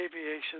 aviation